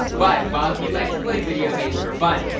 but while he liked to play video games for fun,